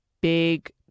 big